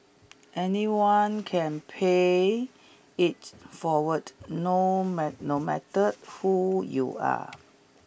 anyone can pay it forward no no matter who you are